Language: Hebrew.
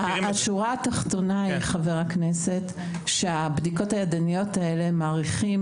השורה התחתונה היא שהבדיקות הידניות האלה מאריכות